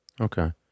Okay